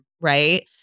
right